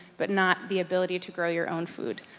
but not the ability to grow your own food.